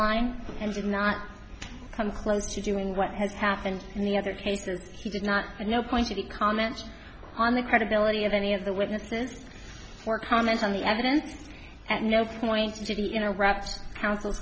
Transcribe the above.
line and did not come close to doing what has happened and the other cases he did not know point to the comments on the credibility of any of the witnesses or comment on the evidence at no point did he interrupts counsel